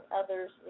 others